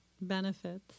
benefits